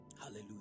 Hallelujah